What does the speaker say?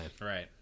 Right